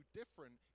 different